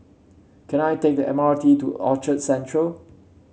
can I take the M R T to Orchard Central